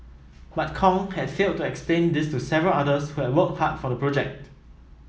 but Kong had failed to explain this to several others who had worked hard for the project